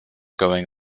going